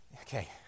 okay